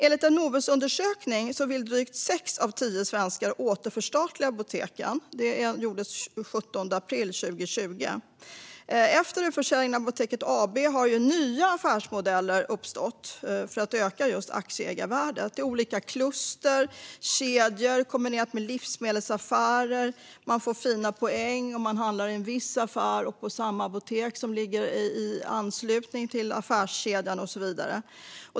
Enligt en Novusundersökning från april 2020 vill drygt sex av tio svenskar återförstatliga apoteken. Efter utförsäljningen av Apoteket AB har nya affärsmodeller uppstått för att öka just aktieägarvärdet. Det är olika kluster och kedjor där man kombinerar verksamheten med livsmedelsaffärer. Man får fina poäng om man handlar i en viss affär och på ett apotek som ligger i anslutning till affärskedjan och så vidare.